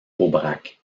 aubrac